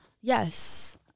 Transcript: yes